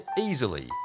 easily